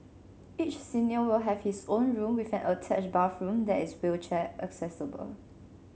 each senior will have his own room with an attached bathroom that is wheelchair accessible